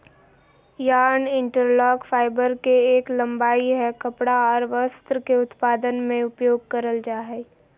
yarn interlock, fibre के एक लंबाई हय कपड़ा आर वस्त्र के उत्पादन में उपयोग करल जा हय